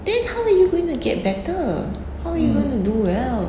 then how are you going to get better how are you going to do well